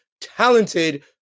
talented